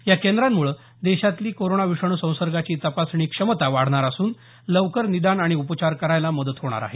या केंद्रांमुळे देशातली कोरोना विषाणू संसर्गाची तपासणी क्षमता वाढणार असून लवकर निदान आणि उपचार करायला मदत होणार आहे